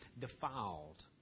defiled